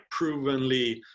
provenly